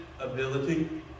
ability